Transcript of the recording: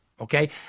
okay